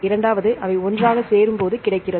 இரண்டாவது அவை ஒன்றாகச் சேரும்போது கிடைக்கிறது